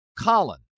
Colin